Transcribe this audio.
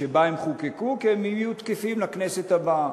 שבה הם חוקקו, אלא הם יהיו תקפים לכנסת הבאה.